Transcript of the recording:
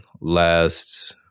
last